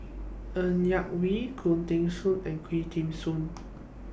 Ng Yak Whee Khoo Teng Soon and Quah Kim Song